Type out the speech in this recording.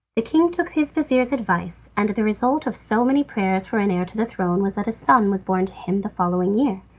the king took his vizir's advice, and the result of so many prayers for an heir to the throne was that a son was born to him the following year.